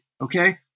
okay